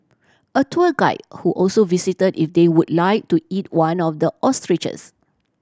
a tour guide who also visitor if they would like to eat one of the ostriches